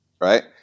right